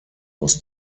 was